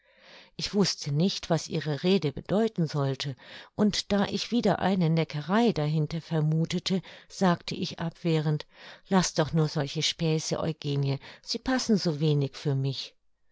ich wußte nicht was ihre rede bedeuten sollte und da ich wieder eine neckerei dahinter vermuthete sagte ich abwehrend laß doch nur solche späße eugenie sie passen so wenig für mich